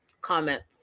comments